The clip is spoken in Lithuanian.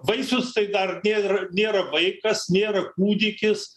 vaisius tai dar nėr nėra vaikas nėra kūdikis